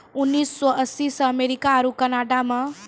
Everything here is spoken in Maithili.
उन्नीस सौ अस्सी से अमेरिका आरु कनाडा मे